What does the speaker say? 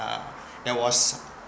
uh that was